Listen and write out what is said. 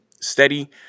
steady